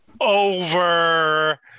over